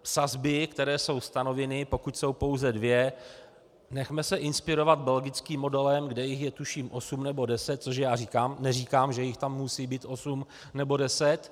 Sazby, které jsou stanoveny, pokud jsou pouze dvě, nechme se inspirovat belgickým modelem, kde jich je tuším osm nebo deset, což neříkám, že jich tam musí být osm nebo deset.